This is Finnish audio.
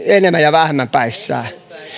vähemmän päissään